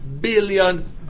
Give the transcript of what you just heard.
billion